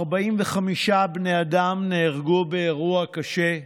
45 בני אדם נהרגו באירוע קשה,